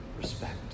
respect